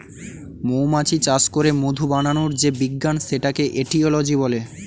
মৌমাছি চাষ করে মধু বানানোর যে বিজ্ঞান সেটাকে এটিওলজি বলে